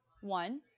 One